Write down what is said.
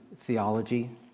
theology